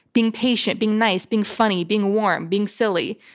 being patient, being nice, being funny, being warm, being silly,